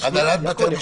הנהלת בתי המשפט,